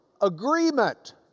agreement